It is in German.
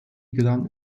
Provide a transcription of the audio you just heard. gelang